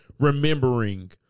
remembering